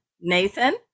Nathan